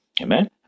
Amen